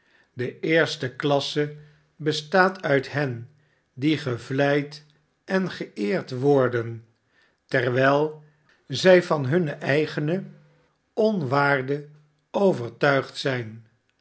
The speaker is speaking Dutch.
de eerste klasse bestaat uit hen die gevleid en geeerd worden terwijl zij van hunne eigene onwaarde overtuigd zijn